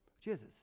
Jesus